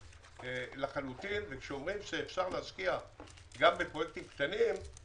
הכוונה פה שגם הקטנים יקבלו את האפשרות להשקעה של אותם גורמים.